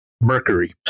mercury